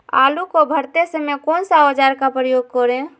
आलू को भरते समय कौन सा औजार का प्रयोग करें?